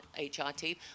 hrt